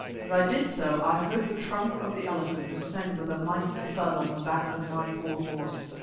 as i did so, i heard the trunk of the elephant descend with a mighty thud on the back of my poor horse,